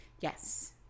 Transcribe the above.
Yes